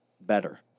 Better